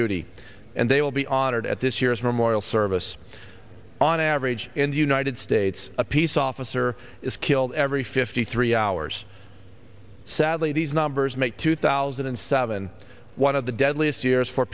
duty and they will be honored at this year's memorial service on average in the united states a peace officer is killed every fifty three hours sadly these numbers make two thousand and seven one of the deadliest years for